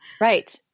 Right